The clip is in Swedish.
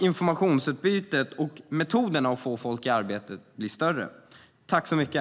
Informationsutbytet blir större, och metoderna att få folk i arbete blir fler.